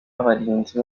abarinzi